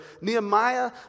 Nehemiah